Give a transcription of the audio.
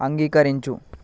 అంగీకరించు